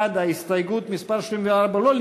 ההסתייגות של קבוצת סיעת חד"ש,